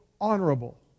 honorable